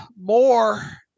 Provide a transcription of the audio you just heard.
more